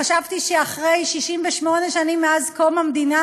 חשבתי שאחרי 68 שנים מאז קום המדינה